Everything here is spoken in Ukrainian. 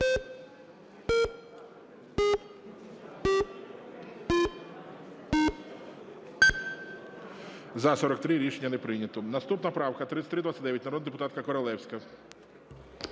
За-43 Рішення не прийнято. Наступна правка 3329. Народна депутатка Королевська.